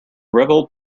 rebel